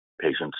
patients